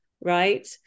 right